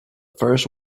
first